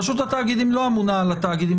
רשות התאגידים לא אמונה על התאגידים